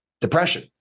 depression